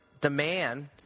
demand